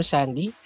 Sandy